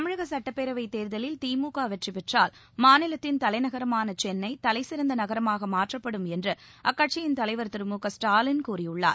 தமிழக சட்டப்பேரவை தேர்தலில் தி மு க வெற்றிபெற்றால் மாநிலத்தின் தலைநகரமான சென்னை தலைசிறந்த நகரமாக மாற்றப்படும் என்று அக்கட்சியின் தலைவர் திரு மு க ஸ்டாலின் கூறியுள்ளார்